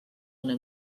una